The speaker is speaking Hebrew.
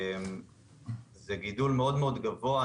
זה גידול מאוד גבוה.